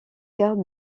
cartes